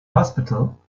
hospital